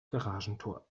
garagentor